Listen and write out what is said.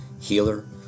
healer